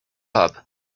pub